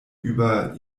über